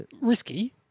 Risky